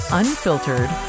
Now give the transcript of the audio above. unfiltered